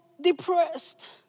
depressed